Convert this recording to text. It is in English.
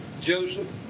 Joseph